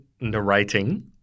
narrating